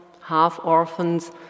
half-orphans